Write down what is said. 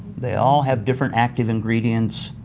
they all have different active ingredients,